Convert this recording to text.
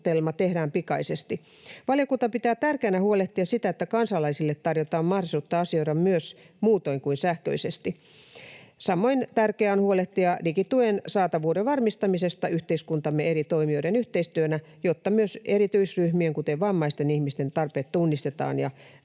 tehdään pikaisesti. Valiokunta pitää tärkeänä huolehtia siitä, että kansalaisille tarjotaan mahdollisuutta asioida myös muutoin kuin sähköisesti. Samoin tärkeää on huolehtia digituen saatavuuden varmistamisesta yhteiskuntamme eri toimijoiden yhteistyönä, jotta myös erityisryhmien, kuten vammaisten ihmisten, tarpeet tunnistetaan ja